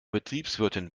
betriebswirtin